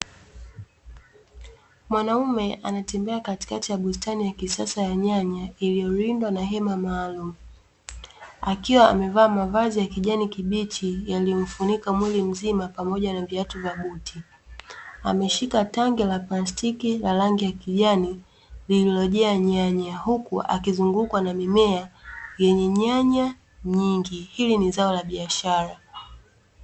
Mwanaume anatembea katikati ya bustani ya kisasa ya nyanya iliyolindwa na hema maalumu, akiwa amevaa mavazi ya kijani kibichi yalimfunika mwili mzima pamoja na viatu vya buti. Ameshika tangi la plastiki la rangi ya kijani lililorejea nyanya; huku akizungukwa na mimea yenye nyanya nyingi hili ni zao la biashara.